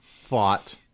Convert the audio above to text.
thought